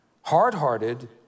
Hard-hearted